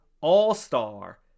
all-star